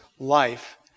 life